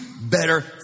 better